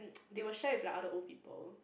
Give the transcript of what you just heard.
they will share with like other old people